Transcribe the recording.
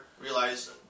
realize